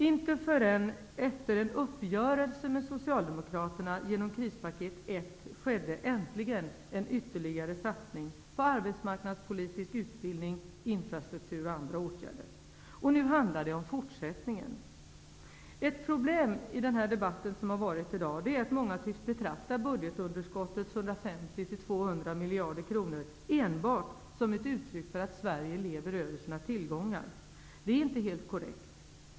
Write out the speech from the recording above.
Inte förrän efter uppgörelsen med skedde äntligen en ytterligare satsning på arbetsmarknadspolitisk utbildning, infrastruktur och andra åtgärder. Nu handlar det om fortsättningen. Ett problem i dagens debatt är att många tycks betrakta budgetunderskottets 150-200 miljarder kronor enbart som ett uttryck för att Sverige lever över sina tillgångar. Det är inte helt korrekt.